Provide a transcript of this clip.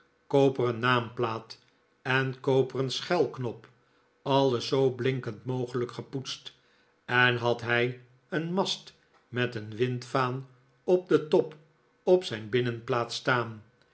koperen naamplaat en koperen schelknop alles zoo blinkend mogelijk gepoetst en had hij een mast met een windvaan op den top op zijn binnenplaats staan